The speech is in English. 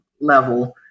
level